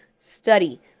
Study